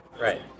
Right